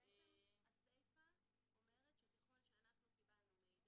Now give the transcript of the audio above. הסיפא אומרת שככל שאנחנו קיבלנו מידע